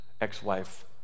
ex-wife